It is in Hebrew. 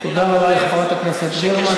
אני רק אומר שכשם, תודה רבה לחברת הכנסת גרמן.